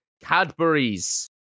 Cadbury's